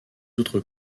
autres